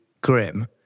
grim